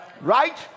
right